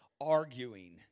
arguing